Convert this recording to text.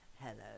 Hello